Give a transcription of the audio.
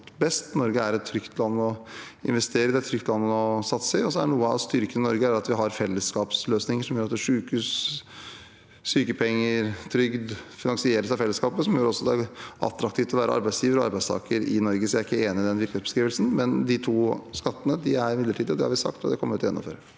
Norge er et trygt land å investere i, det er et trygt land å satse i. Noe av styrken i Norge er at vi har fellesskapsløsninger, som gjør at sykehus, sykepenger og trygd finansieres av fellesskapet, som gjør at det også er attraktivt å være arbeidsgiver og arbeidstaker i Norge. Så jeg er ikke enig i den virkelighetsbeskrivelsen, men de to skattene er midlertidige. Det har vi sagt, og det kommer vi til å gjennomføre.